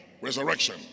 resurrection